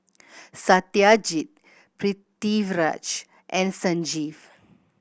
Satyajit Pritiviraj and Sanjeev